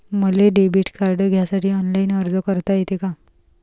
मले debit card घ्यासाठी online अर्ज करता येते का?